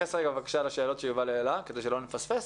תתייחס בבקשה לשאלות שיובל העלה כדי שלא נפספס,